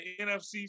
NFC